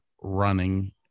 running